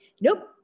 Nope